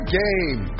game